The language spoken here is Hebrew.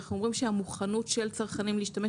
אנחנו אומרים שהמוכנות של הצרכנים להשתמש